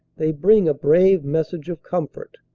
they bring a brave message of comfort